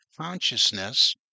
consciousness